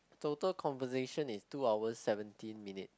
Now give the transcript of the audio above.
total conversation is two hours seventeen minutes